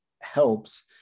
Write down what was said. helps